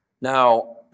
Now